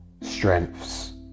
strengths